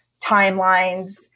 timelines